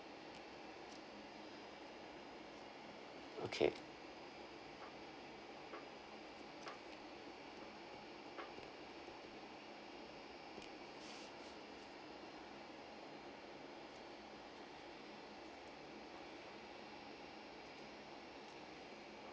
okay